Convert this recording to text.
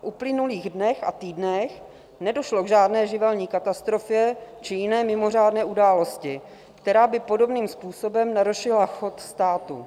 V uplynulých dnech a týdnech nedošlo k žádné živelní katastrofě či jiné mimořádné události, která by podobným způsobem narušila chod státu.